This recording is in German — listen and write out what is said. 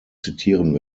zitieren